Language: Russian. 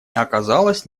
оказалось